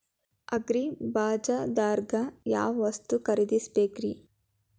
ಅಗ್ರಿಬಜಾರ್ದಾಗ್ ಯಾವ ವಸ್ತು ಖರೇದಿಸಬೇಕ್ರಿ?